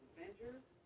Avengers